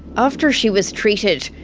after she was treated,